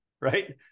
right